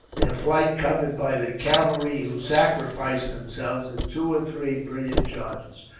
their flight covered by their cavalry, who sacrificed themselves in two or three brilliant charges,